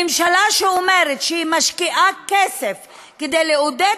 ממשלה שאומרת שהיא משקיעה כסף כדי לעודד